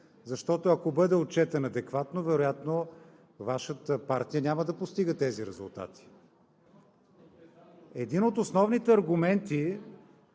Защото ако бъде отчетен адекватно, вероятно Вашата партия няма да постига тези резултати. Един от основните аргументи,